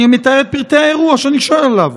אני מתאר את פרטי האירוע שאני שואל עליו.